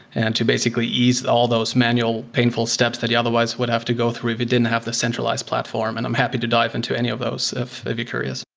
and to basically ease all those manual painful steps that you otherwise would have to go through if it didn't have the centralized platform. and i'm happy to dive into any of those if you'd be curious.